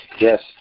Yes